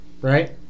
right